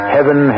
Heaven